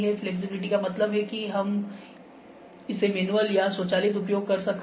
flexibility का मतलब है कि हम इसे मैनुअल या स्वचालित उपयोग कर सकते हैं